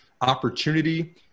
opportunity